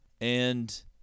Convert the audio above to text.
And-